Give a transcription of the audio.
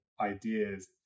ideas